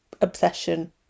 obsession